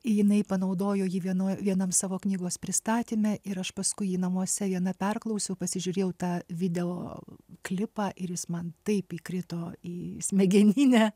jinai panaudojo jį vienoj vienam savo knygos pristatyme ir aš paskui jį namuose viena perklausiau pasižiūrėjau tą video klipą ir jis man taip įkrito į smegeninę